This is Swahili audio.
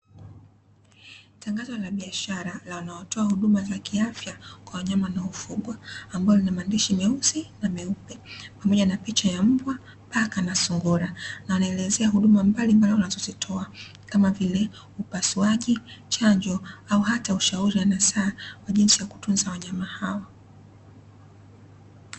Tangazo la biashara la wanaotoa huduma za kiafya kwa wanyama wanaofugwa ambayo yana maandishi meusi na meupe pamoja na picha ya mbwa, paka na sungura na wanaelezea huduma mbalimbali wanazozitoa kama vile upasuaji, chanjo au hata ushauri na nasaa kwa jinsi ya kutunza wanyama hao.